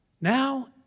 Now